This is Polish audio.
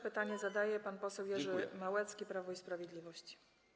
Pytanie zadaje pan poseł Jerzy Małecki, Prawo i Sprawiedliwość.